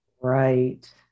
Right